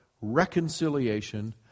reconciliation